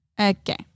Okay